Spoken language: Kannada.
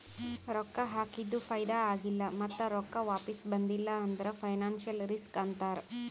ರೊಕ್ಕಾ ಹಾಕಿದು ಫೈದಾ ಆಗಿಲ್ಲ ಮತ್ತ ರೊಕ್ಕಾ ವಾಪಿಸ್ ಬಂದಿಲ್ಲ ಅಂದುರ್ ಫೈನಾನ್ಸಿಯಲ್ ರಿಸ್ಕ್ ಅಂತಾರ್